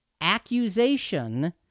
accusation